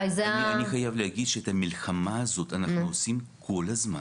אני חייב להגיד שאת המלחמה הזאת אנחנו עושים כל הזמן.